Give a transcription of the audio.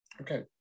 Okay